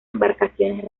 embarcaciones